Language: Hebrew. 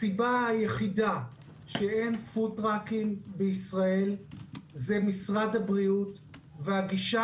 הסיבה היחידה שאין פוד-טראקים בישראל היא משרד הבריאות והגישה